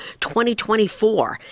2024